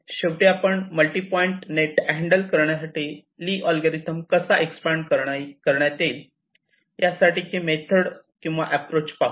शेवटी आपण multi point net handle करण्यासाठी ली अल्गोरिदम कसा एक्सपांड करता येईल यासाठीची मेथड किंवा ऍप्रोच पाहू